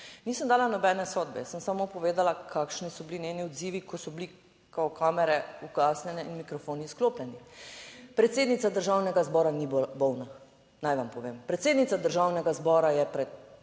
Nisem dala nobene sodbe, jaz sem samo povedala, kakšni so bili njeni odzivi, ko so bili kamere ugasnjene in mikrofoni izklopljeni. Predsednica Državnega zbora ni bolna, naj vam povem. Predsednica Državnega zbora je pred